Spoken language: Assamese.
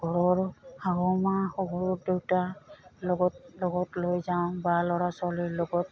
ঘৰৰ শাহুমা শহুৰদেউতাৰ লগত লগত লৈ যাওঁ বা ল'ৰা ছোৱালীৰ লগত